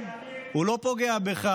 אבל החוק הזה פוגע בי.